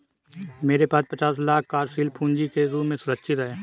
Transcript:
मेरे पास पचास लाख कार्यशील पूँजी के रूप में सुरक्षित हैं